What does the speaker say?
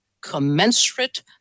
commensurate